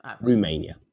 Romania